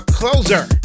closer